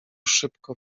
szybko